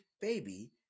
baby